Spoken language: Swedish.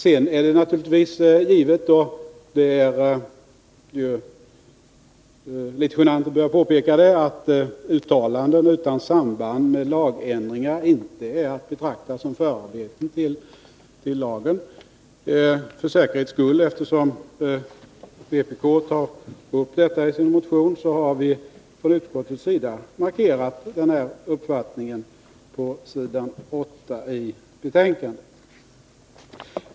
Det är naturligtvis givet — och det är litet genant att behöva påpeka det — att uttalanden utan samband med lagändringar inte är att betrakta som förarbeten till lagen. Eftersom vpk tar upp denna fråga i sin motion, har utskottet för säkerhets skull markerat denna sin uppfattning på s.8 i betänkandet.